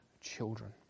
children